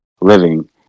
living